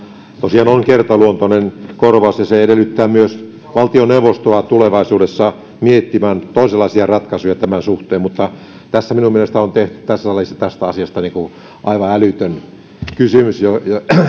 tosiaan on kertaluontoinen korvaus ja se edellyttää myös valtioneuvostoa tulevaisuudessa miettimään toisenlaisia ratkaisuja tämän suhteen mutta minun mielestäni tässä salissa tästä asiasta on tehty aivan älytön kysymys